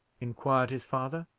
inquired his father.